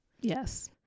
Yes